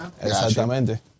exactamente